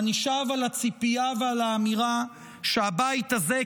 אני חוזר על הציפייה ועל האמירה שהבית הזה,